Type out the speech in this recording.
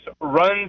runs